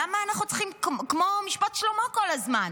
למה אנחנו צריכים להיות כמו משפט שלמה כל הזמן?